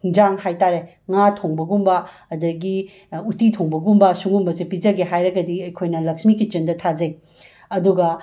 ꯍꯤꯡꯖꯥꯡ ꯍꯥꯏꯇꯥꯔꯦ ꯉꯥ ꯊꯣꯡꯕꯒꯨꯝꯕ ꯑꯗꯒꯤ ꯎꯇꯤ ꯊꯣꯡꯕꯒꯨꯝꯕ ꯁꯤꯒꯨꯝꯕꯁꯦ ꯄꯤꯖꯒꯦ ꯍꯥꯏꯔꯒꯗꯤ ꯑꯩꯈꯣꯏꯅ ꯂꯛꯁꯃꯤ ꯀꯤꯆꯟꯗ ꯊꯥꯖꯩ ꯑꯗꯨꯒ